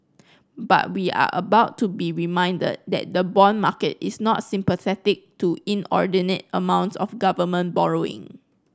but we are about to be reminded that the bond market is not sympathetic to inordinate amounts of government borrowing